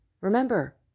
Remember